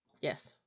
Yes